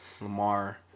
Lamar